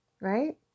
right